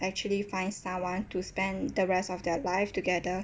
actually find someone to spend the rest of their life together